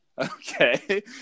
Okay